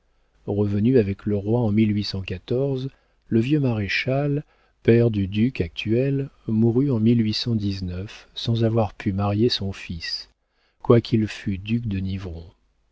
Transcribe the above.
revenu avec le roi en le vieux maréchal père du duc actuel mourut en sans avoir pu marier son fils quoiqu'il fût duc de